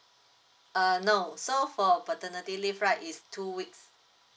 uh no so for paternity leave right is two weeks